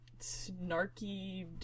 snarky